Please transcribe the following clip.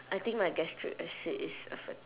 I think my gastric acid is affect~